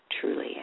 truly